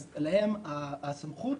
להם הסמכות,